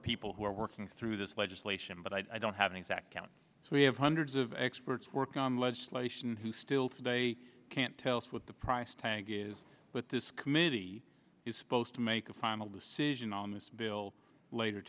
of people who are working through this legislation but i don't have an exact count so we have hundreds of experts working on legislation who still today can't tell us what the price tag is but this committee is supposed to make a final decision on this bill later